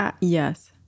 yes